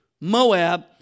Moab